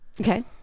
okay